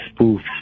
spoofs